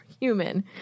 human